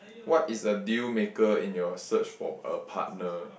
what is a deal maker in your search for a partner